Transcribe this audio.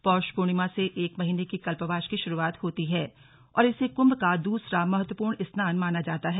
पौष पूर्णिमा से एक महीने के कल्पवास की शुरूआत होती है और इसे कुंभ का दूसरा महत्वपूर्ण स्नान माना जाता है